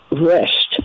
rest